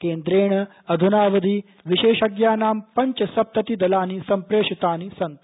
केन्द्रेण अध्नावधि विशेषज्ञानां पञ्चसप्ततिदलानि सम्प्रेषितानि सन्ति